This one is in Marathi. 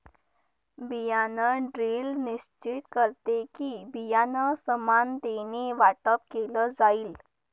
बियाण ड्रिल निश्चित करते कि, बियाणं समानतेने वाटप केलं जाईल